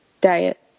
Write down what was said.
diet